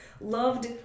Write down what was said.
Loved